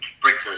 Britain